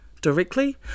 directly